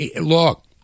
look